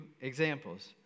examples